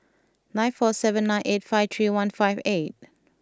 nine four seven nine eight five three one five eight